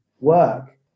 work